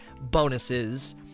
bonuses